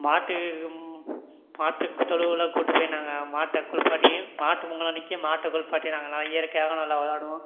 மாட்டு மாட்டுத் தொழுவுல கூப்பிட்டு போய் நாங்கள் மாட்டை குளிப்பாட்டியும் மாட்டுப் பொங்கல் அன்றைக்கி மாட்டை குளிப்பாட்டி நாங்கள் நல்லா இயற்கையாக நல்லா விளாடுவோம்